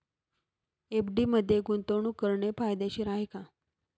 FD मध्ये गुंतवणूक करणे फायदेशीर आहे का?